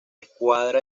escuadra